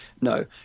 no